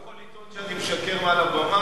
אתה לא יכול לטעון שאני משקר מעל הבמה